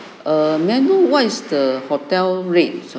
a may I know what is the hotel rate